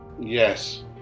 Yes